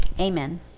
Amen